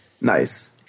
Nice